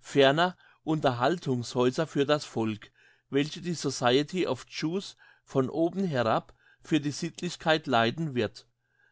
ferner unterhaltungshäuser für das volk welche die society of jews von oben herab für die sittlichkeit leiten wird